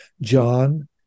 John